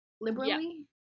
Liberally